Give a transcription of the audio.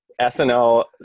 SNL